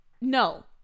no